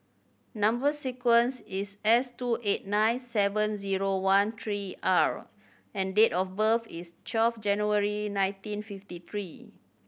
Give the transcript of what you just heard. number sequence is S two eight nine seven zero one three R and date of birth is twelve January nineteen fifty three